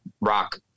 rock